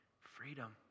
freedom